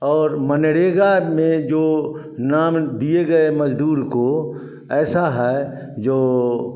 और मनरेगा में जो नाम दिए गए मज़दूर को ऐसा है जो